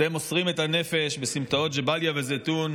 אתם מוסרים את הנפש בסמטאות ג'באליה וזיתון,